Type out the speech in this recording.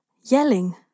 yelling